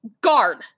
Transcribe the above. guard